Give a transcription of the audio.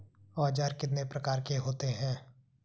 औज़ार कितने प्रकार के होते हैं?